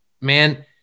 man